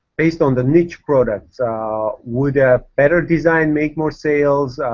based on the niche products would a better design make more sales,